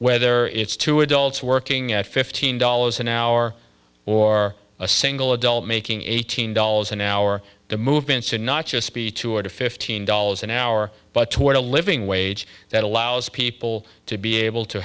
whether it's two adults working at fifteen dollars an hour or a single adult making eighteen dollars an hour the movements and not just be two hundred fifteen dollars an hour but toward a living wage that allows people to be able to